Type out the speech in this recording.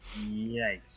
Yikes